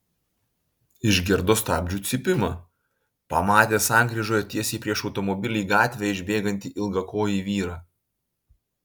išgirdo stabdžių cypimą pamatė sankryžoje tiesiai prieš automobilį į gatvę išbėgantį ilgakojį vyrą